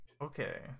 Okay